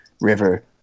river